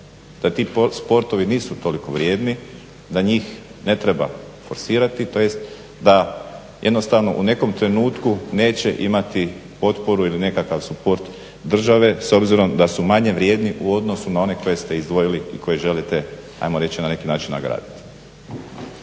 da ti sportovi nisu toliko vrijedni, da njih ne treba forsirati, tj. da jednostavno u nekom trenutku neće imati potporu ili nekakav suport države s obzirom da su manje vrijedni u odnosu na one koje se izdvojili i koje želite ajmo reći na neki način nagraditi.